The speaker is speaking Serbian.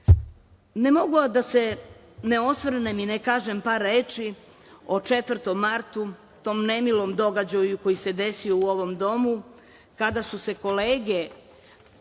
mogu, a da se ne osvrnem i ne kažem par reči o 4. martu, tom nemilom događaju koji se desio u ovom domu, kada su kolege